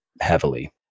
heavily